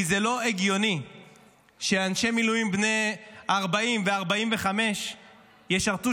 כי זה לא הגיוני שאנשי מילואים בני 40 ו-45 ישרתו